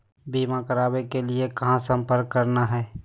बीमा करावे के लिए कहा संपर्क करना है?